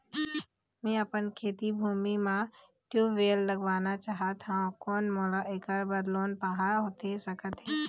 मैं अपन खेती भूमि म ट्यूबवेल लगवाना चाहत हाव, कोन मोला ऐकर बर लोन पाहां होथे सकत हे?